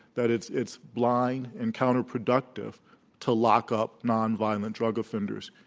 that it's it's blind and counterproductive to lock up nonviolent drug offenders.